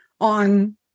on